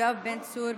יואב בן צור,